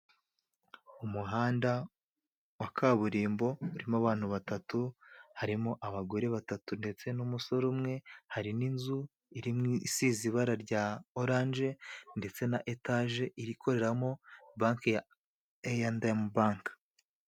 Umuhanda wa kaburimbo urimo abantu batatu harimo abagore batatu ndetse n'umusore umwe .Hari n'inzu irimw'isize ibara rya oranje ndetse na etaje irikoreramo banki ya eyendemu banke.